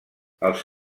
els